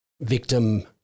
victim